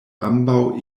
ambaŭ